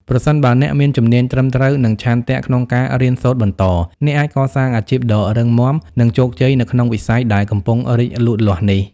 ប្រសិនបើអ្នកមានជំនាញត្រឹមត្រូវ និងឆន្ទៈក្នុងការរៀនសូត្របន្ត អ្នកអាចកសាងអាជីពដ៏រឹងមាំ និងជោគជ័យនៅក្នុងវិស័យដែលកំពុងរីកលូតលាស់នេះ។